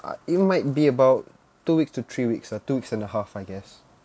it might be about two weeks to three weeks lah two weeks and a half I guess